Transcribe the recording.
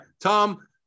Tom